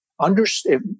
understand